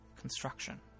construction